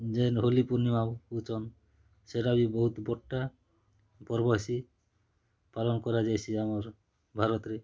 ଯେନ୍ ହୋଲି ପୂର୍ଣ୍ଣିମା ହଉଛନ୍ ସେଇଟା ବି ବହୁତ ବଡ଼୍ଟା ପର୍ବସି ପାଳନ କରାଯାଇସି ଆମର ଭାରତରେ